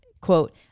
quote